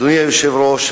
אדוני היושב-ראש,